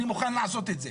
אני מוכן לעשות את זה.